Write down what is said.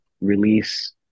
release